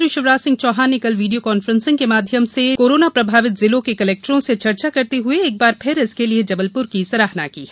मुख्यमंत्री शिवराज सिंह चौहान ने कल वीडियो ्कॉन्फ्रेसिंग के माध्यम से कोरोना प्रभावित जिलों के कलेक्टरों से चर्चा करते हए एक बार फिर इसके लिए जबलपुर की सराहना की है